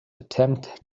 attempt